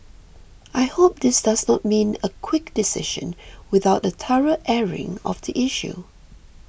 I hope this does not mean a quick decision without a thorough airing of the issue